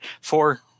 Four